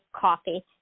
coffee